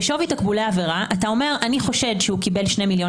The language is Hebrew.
בשווי תקבולי עבירה אתה אומר אני חושב שקיבל 2 מיליון